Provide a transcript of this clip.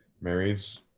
Mary's